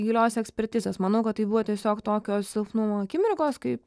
gilios ekspertizės manau kad tai buvo tiesiog tokio silpnumo akimirkos kai